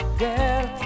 girl